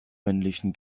männlichen